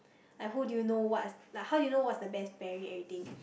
like who do know what s~ how do you know what's the best pairing and everything